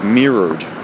mirrored